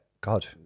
God